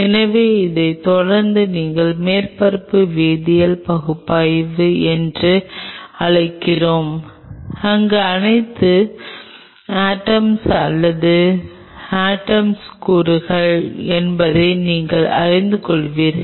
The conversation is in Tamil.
எனவே இதைத் தொடர்ந்து நீங்கள் மேற்பரப்பு வேதியியல் பகுப்பாய்வு என்று அழைக்கிறோம் அங்கு அனைத்து ஆட்டோம்ஸ் அல்லது ஆட்டோம்ஸ் கூறுகள் என்பதை நீங்கள் அறிந்து கொள்வீர்கள்